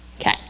Okay